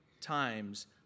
times